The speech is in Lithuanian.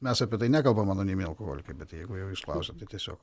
mes apie tai nekalbam anonominiai alkoholikai bet jeigu jau jūs klausiat tai tiesiog